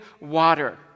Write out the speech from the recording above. water